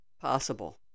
possible